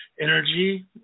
energy